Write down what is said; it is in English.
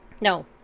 No